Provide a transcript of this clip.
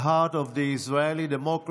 the heart of the Israeli democracy.